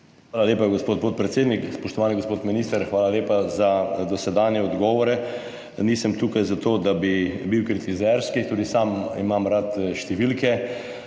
Hvala lepa, gospod podpredsednik. Spoštovani gospod minister, hvala lepa za dosedanje odgovore. Nisem tukaj zato, da bi bil kritizerski, tudi sam imam rad številke.